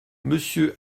monsieur